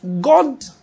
God